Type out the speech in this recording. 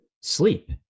sleep